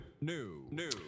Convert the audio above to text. new